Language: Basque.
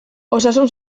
osasun